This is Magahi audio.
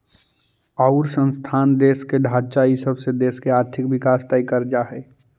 अउर संसाधन, देश के ढांचा इ सब से देश के आर्थिक विकास तय कर जा हइ